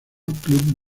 club